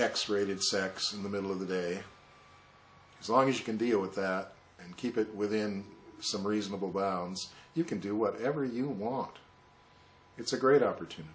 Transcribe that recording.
x rated sex in the middle of the day as long as you can deal with that and keep it within some reasonable bounds you can do what ever you want it's a great opportunity